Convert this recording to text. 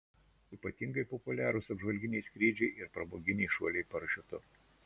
ypatingai populiarūs apžvalginiai skrydžiai ir pramoginiai šuoliai parašiutu